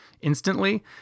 instantly